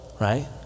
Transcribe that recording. right